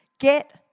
Get